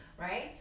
right